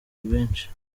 rwinshi